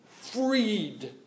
freed